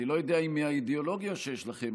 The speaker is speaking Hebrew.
אני לא יודע אם מהאידיאולוגיה שיש לכם,